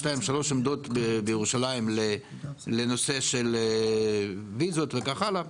שתיים או שלוש עמדות בירושלים לנושא של ויזות וכך הלאה,